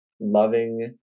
loving